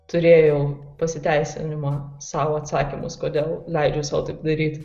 turėjau pasiteisinimą sau atsakymus kodėl leidžiu sau taip daryti